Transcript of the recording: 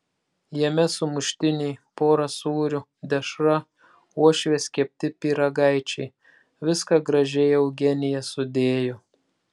jame sumuštiniai pora sūrių dešra uošvės kepti pyragaičiai viską gražiai eugenija sudėjo